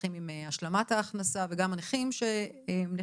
האזרחים עם השלמת ההכנסה, וגם הנכים לצמיתות.